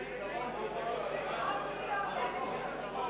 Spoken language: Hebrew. לראות מי מעודד השתמטות.